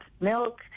milk